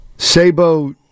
Sabo